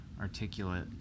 articulate